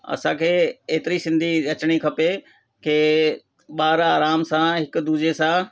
असांखे हेतिरी सिंधी अचणी खपे के ॿार आराम सां हिक दूजे सां